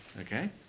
Okay